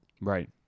Right